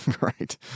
Right